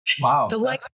Wow